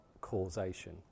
causation